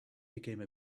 became